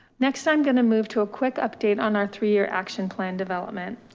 next i'm gonna move to a quick update on our three-year action plan development.